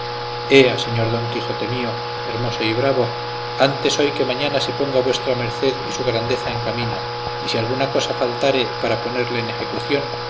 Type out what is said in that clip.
señor don quijote mío hermoso y bravo antes hoy que mañana se ponga vuestra merced y su grandeza en camino y si alguna cosa faltare para ponerle en ejecución